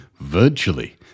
virtually